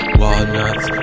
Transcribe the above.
walnuts